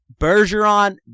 Bergeron